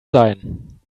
sein